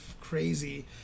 crazy